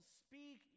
speak